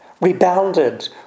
rebounded